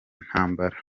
ntambara